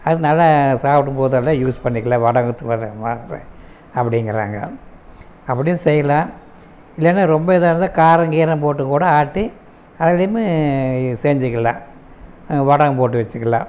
அதனால சாப்பிடம்போதெல்லாம் யூஸ் பண்ணிக்கலாம் வடகத்தை அப்படிங்கிறாங்க அப்படியும் செய்யலாம் இல்லைனா ரொம்ப இதாக இருந்தா காரம் கீரம் போட்டு கூட ஆட்டி அதுலையுமே செஞ்சுக்கலாம் வடகம் போட்டு வச்சுக்கலாம்